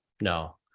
No